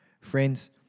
Friends